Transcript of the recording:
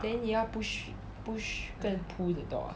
then 你要 push push 跟 pull 的 door ah